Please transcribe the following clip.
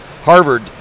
Harvard